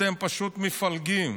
אתם פשוט מפלגים.